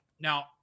now